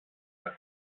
das